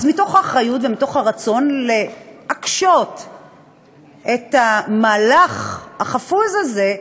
אז מתוך אחריות ומתוך רצון להקשות את המהלך החפוז הזה,